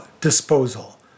disposal